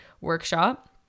workshop